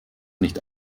nicht